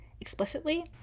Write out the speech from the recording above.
explicitly